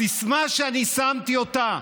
הסיסמה, שאני שמתי אותה